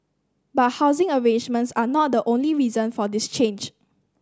but housing arrangements are not the only reason for this change